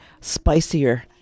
spicier